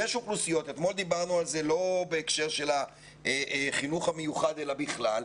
אתמול דיברנו על זה לא בהקשר של החינוך המיוחד אלא בכלל,